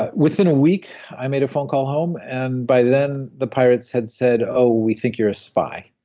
ah within a week i made a phone call home, and by then the pirates had said, oh, we think you're a spy.